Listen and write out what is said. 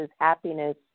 happiness